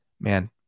man